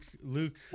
Luke